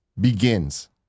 begins